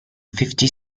fifty